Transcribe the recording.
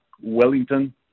Wellington